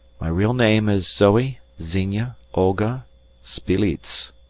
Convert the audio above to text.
my real name is zoe xenia olga sbeiliez,